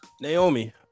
Naomi